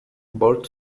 birth